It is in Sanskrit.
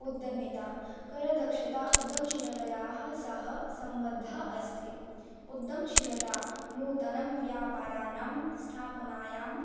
उद्यमता करदक्षता उद्यमशीलतायाः सह सम्बद्धः अस्ति उद्यमशीलता नूतनं व्यापाराणां स्थापनायाम्